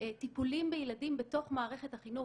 טיפולים בילדים בתוך מערכת החינוך.